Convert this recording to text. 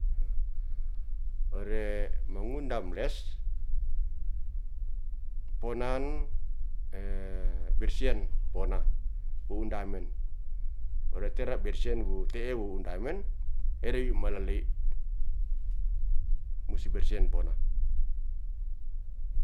Ore mangundam les, ponan bersian pona po wundamen ore tera bersian wu te'e wundamen ereyu' malalei musi bersian pona